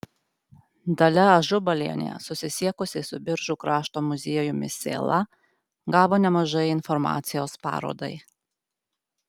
dalia ažubalienė susisiekusi su biržų krašto muziejumi sėla gavo nemažai informacijos parodai